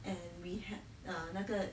and we had ah 那个